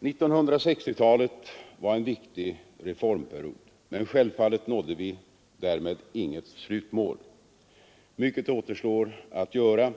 1960-talet var en viktig reformperiod. Men självfallet nådde vi därmed inget slutmål. Mycket återstår att göra.